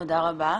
תודה רבה.